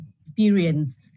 experience